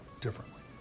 differently